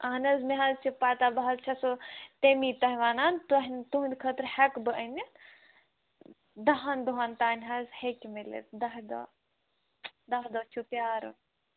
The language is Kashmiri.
اَہَن حظ مےٚ حظ چھُ پَتہ بہٕ حظ چھَس تمی تۄہہِ وَنان تُہنٛد تُہٕنٛدِ خٲطرٕ ہٮ۪کہٕ بہٕ أنِتھ دَہَن دۄہَن تانۍ حظ ہیٚکہِ مِلِتھ دَہ دۄہ دَہ دۄہ چھُو پیارُن